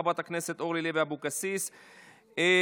לוועדת העבודה והרווחה נתקבלה.